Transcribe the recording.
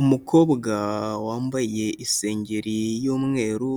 Umukobwa wambaye isengeri y'umweru,